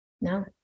no